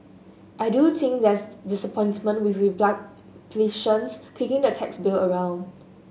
I do think that's disappointment with kicking the tax bill around